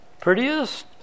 prettiest